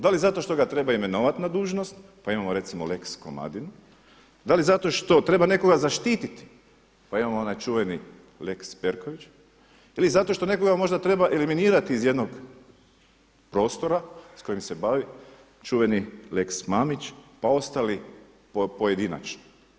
Da li zato što ga treba imenovati na dužnost, pa imamo recimo lex Komadinu, da li zato što treba nekoga zaštititi, pa imamo onaj čuveni lex Perković ili zato što nekoga možda treba eliminirati iz jednog prostora s kojim se bavi, čuveni lex Mamić pa ostali pojedinačno.